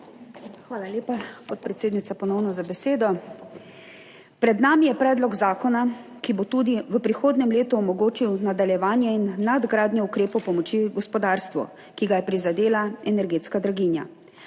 hvala lepa za besedo, podpredsednica. Pred nami je predlog zakona, ki bo tudi v prihodnjem letu omogočil nadaljevanje in nadgradnjo ukrepov pomoči gospodarstvu, ki ga je prizadela energetska draginja.